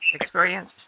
experience